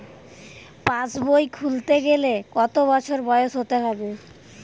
পাশবই খুলতে গেলে কত বছর বয়স হতে হবে?